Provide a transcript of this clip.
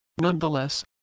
Nonetheless